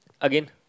again